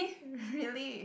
really